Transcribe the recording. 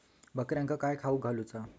बकऱ्यांका काय खावक घालूचा?